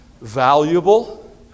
valuable